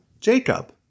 Jacob